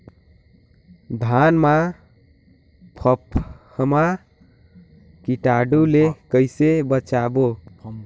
धान मां फम्फा कीटाणु ले कइसे बचाबो?